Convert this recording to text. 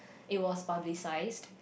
it was publicised